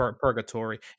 purgatory